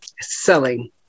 selling